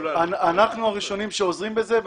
אנחנו הראשון שעוזרים בזה.